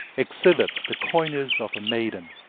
exhibit the coyness of a maiden,